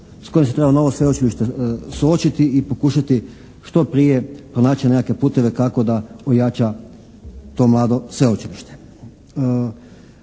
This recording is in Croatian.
s kojom se treba novo sveučilište suočiti i pokušati što prije pronaći nekakve puteve kako da ojača to mlado sveučilište.